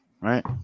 right